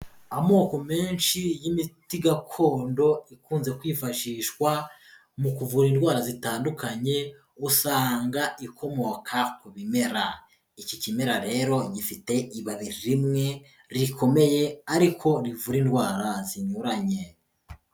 Amoko menshi y'imiti gakondo ikunze kwifashishwa mu kuvura indwara zitandukanye usanga ikomoka ku bimera, iki kimera rero gifite ibabi rimwe rikomeye ariko rivura indwara zinyuranye.